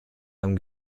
einem